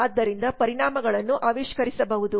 ಆದ್ದರಿಂದ ಪರಿಣಾಮಗಳನ್ನು ಆವಿಷ್ಕರಿಸಬಹುದು